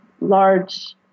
Large